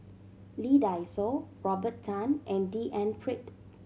Lee Dai Soh Robert Tan and D N Pritt